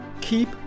Keep